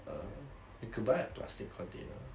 err you could buy a plastic container